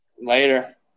Later